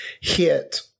hit